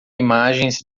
imagens